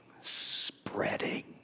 spreading